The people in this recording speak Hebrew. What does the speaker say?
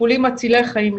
טיפולים מצילי חיים.